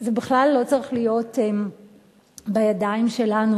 זה בכלל לא צריך להיות בידיים שלנו,